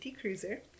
Cruiser